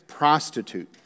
prostitute